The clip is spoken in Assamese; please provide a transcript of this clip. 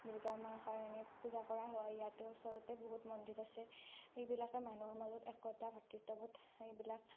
দুৰ্গা মাৰ কাৰণে পূজা কৰা হয় ইয়াতে ওচৰতে বহুত মন্দিৰ আছে সেইবিলাকে মানুহৰ মাজত একতা ভাতৃত্ববোধ সেইবিলাক